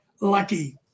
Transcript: Lucky